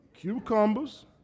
cucumbers